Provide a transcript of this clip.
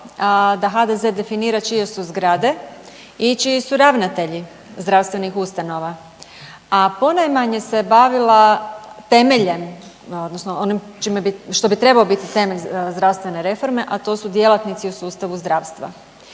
da HDZ definira čije su zgrade i čiji su ravnatelji zdravstvenih ustanova, a ponajmanje se bavila temeljem odnosno onim čime bi, što bi trebao biti temelj zdravstvene reforme, a to su djelatnici u sustavu zdravstva